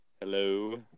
Hello